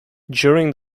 during